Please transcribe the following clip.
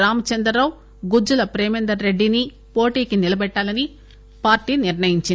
రామచందర్ రావు గుజ్జల ప్రేమేందర్ రెడ్డి ని పోటీకి నిలబెట్టాలని పార్టీ నిర్ణయించింది